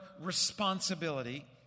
responsibility